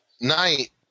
night